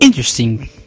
Interesting